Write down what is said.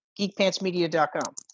geekpantsmedia.com